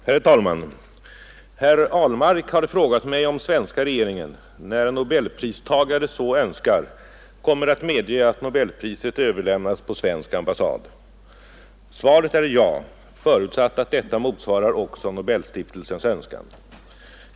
Herr talman! Herr Ahlmark har frågat mig om svenska regeringen, när nobelpristagare så önskar, kommer att medge att nobelpriset överlämnas på svensk ambassad. Svaret är ja, förutsatt att detta motsvarar också Nobelstiftelsens önskan.